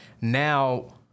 now